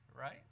right